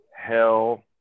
Hell